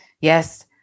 Yes